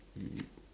ya